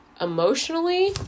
Emotionally